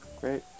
Great